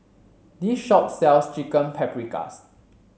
this shop sells Chicken Paprikas